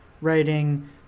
writing